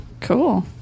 Cool